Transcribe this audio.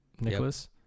Nicholas